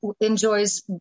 enjoys